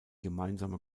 gemeinsame